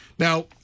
now